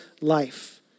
life